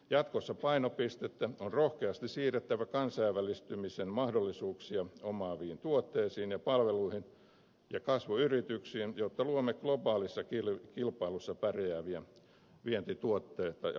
jatkossa painopistettä on rohkeasti siirrettävä kansainvälistymisen mahdollisuuksia omaaviin tuotteisiin ja palveluihin ja kasvuyrityksiin jotta luomme globaalissa kilpailussa pärjääviä vientituotteita ja palveluita